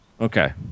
Okay